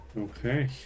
Okay